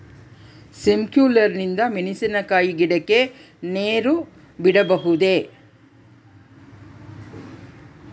Sprinkler ನಿಂದ ಮೆಣಸಿನಕಾಯಿ ಗಿಡಕ್ಕೆ ನೇರು ಬಿಡಬಹುದೆ?